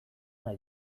nahi